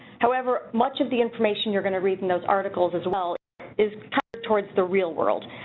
however much of the information you're gonna read in those articles as well is towards the real world.